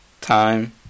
Time